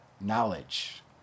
knowledge